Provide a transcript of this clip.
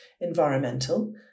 environmental